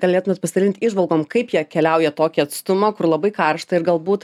galėtumėt pasidalint įžvalgom kaip jie keliauja tokį atstumą kur labai karšta ir galbūt